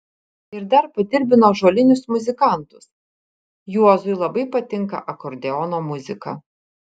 ir dar padirbino ąžuolinius muzikantus juozui labai patinka akordeono muzika